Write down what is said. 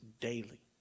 daily